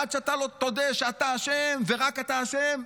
ועד שאתה תודה שאתה אשם ורק אתה אשם,